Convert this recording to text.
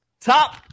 Top